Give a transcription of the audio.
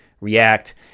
React